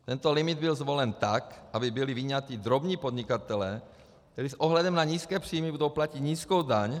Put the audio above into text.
Tento limit byl zvolen tak, aby byli vyňati drobní podnikatelé, kteří s ohledem na nízké příjmy budou platit nízkou daň.